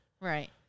Right